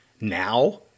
now